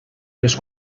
les